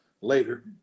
later